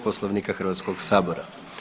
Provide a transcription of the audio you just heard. Poslovnika Hrvatskog sabora.